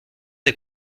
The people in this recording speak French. des